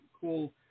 cool